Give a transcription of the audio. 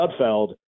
Sudfeld